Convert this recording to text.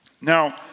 Now